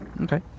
Okay